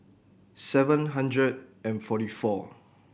seven hundred and forty four